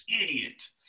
idiot